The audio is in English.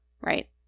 Right